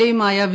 A യുമായ V